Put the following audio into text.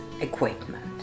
equipment